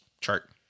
chart